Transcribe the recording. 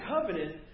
covenant